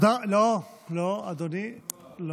אדוני, לא,